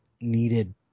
needed